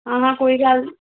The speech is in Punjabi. ਹਾਂ ਹਾਂ ਕੋਈ ਗੱਲ